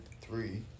three